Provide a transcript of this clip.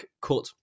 cut